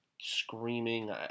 screaming